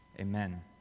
amen